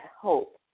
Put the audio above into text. hope